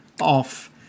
off